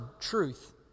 truth